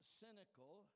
cynical